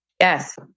Yes